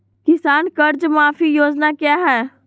किसान कर्ज माफी योजना क्या है?